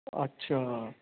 ਅੱਛਾ